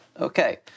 Okay